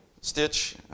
stitch